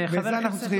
חבר הכנסת מקלב,